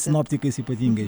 sinoptikais ypatingai